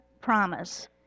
promise